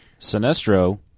Sinestro